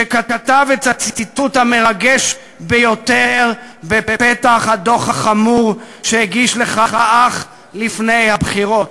שכתב את הציטוט המרגש ביותר בפתח הדוח החמור שהגיש לך אך לפני הבחירות.